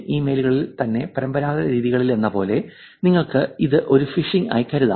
ഇമെയിലുകളിൽ തന്നെ പരമ്പരാഗത രീതികളിലെന്നപോലെ നിങ്ങൾക്ക് ഇത് ഒരു ഫിഷിംഗ് ആയി കരുതാം